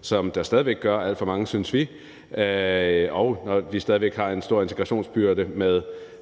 som der stadig væk gør – alt for mange, synes vi – og vi stadig væk har en stor integrationsbyrde med